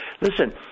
Listen